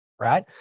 right